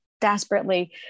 desperately